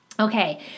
Okay